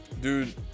dude